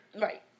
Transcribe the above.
right